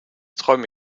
träume